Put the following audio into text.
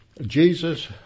Jesus